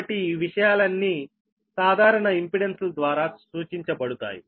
కాబట్టి ఈ విషయాలన్నీ సాధారణ ఇంపెడెన్స్ల ద్వారా సూచించబడతాయి